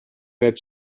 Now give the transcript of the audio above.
that